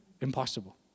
Impossible